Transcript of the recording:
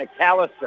McAllister